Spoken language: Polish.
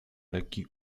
lekki